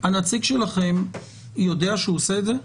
הנציג שלכם יודע שהוא עושה את זה?